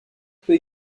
peut